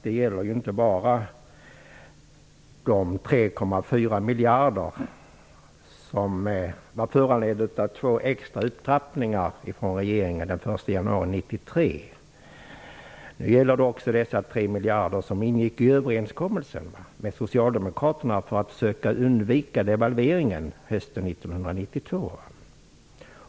Det gäller inte bara de 3,4 Det gäller också de 3 miljarder som ingick i överenskommelsen med Socialdemokraterna i syfte att försöka undvika devalveringen hösten 1992.